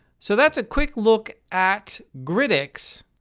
so that is a quick look at grydics.